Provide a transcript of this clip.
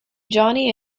johnnie